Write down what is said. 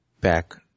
back